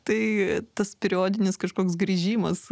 tai tas periodinis kažkoks grįžimas